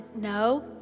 No